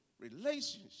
relationship